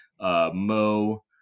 Mo